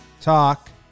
talk